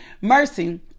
mercy